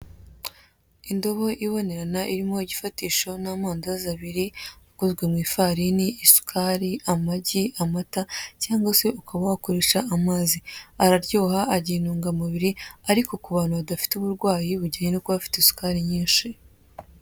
Indobo ibonerana irimo igifatisho n'amandazi abiri akozwe mu ifarine, isukari, amagi, amatata cyangwa se ukaba wakoresha amazi araryoha agira intungamubiri ariko ku bantu badafite uburwayi bujyanye no kuba bafite isukari nyinshi.